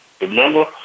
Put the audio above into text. Remember